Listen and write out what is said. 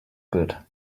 good